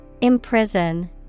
Imprison